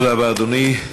תודה רבה, אדוני.